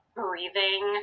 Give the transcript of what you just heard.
breathing